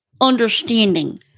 understanding